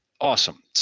Awesome